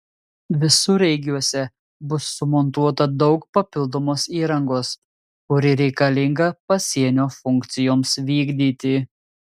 visureigiuose bus sumontuota daug papildomos įrangos kuri reikalinga pasienio funkcijoms vykdyti